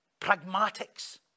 pragmatics